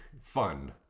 fun